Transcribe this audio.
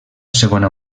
segona